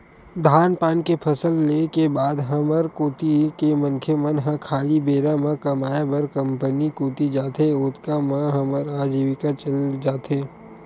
धान पान के फसल ले के बाद हमर कोती के मनखे मन ह खाली बेरा म कमाय बर कंपनी कोती जाथे, ओतका म हमर अजीविका चल जाथे